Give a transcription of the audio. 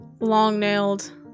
Long-nailed